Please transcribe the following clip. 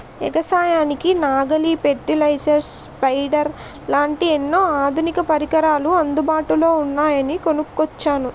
ఎగసాయానికి నాగలి, fertiliser, spreaders లాంటి ఎన్నో ఆధునిక పరికరాలు అందుబాటులో ఉన్నాయని కొనుక్కొచ్చాను